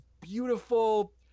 beautiful